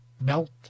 Melt